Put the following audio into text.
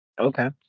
Okay